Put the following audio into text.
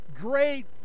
great